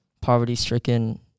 poverty-stricken